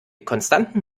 konstanten